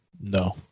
No